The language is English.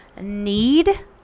need